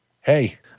Hey